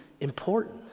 important